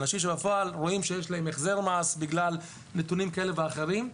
אנשים שרואים שיש להם החזר מס בגלל נתונים כאלה ואחרים.